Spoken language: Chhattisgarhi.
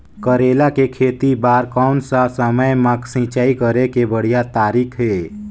करेला के खेती बार कोन सा समय मां सिंचाई करे के बढ़िया तारीक हे?